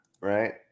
right